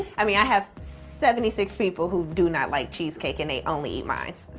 i mean i have seventy six people who do not like cheesecake and they only eat mine.